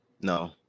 no